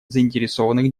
заинтересованных